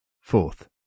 Fourth